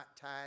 tied